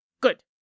Good